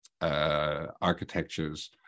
architectures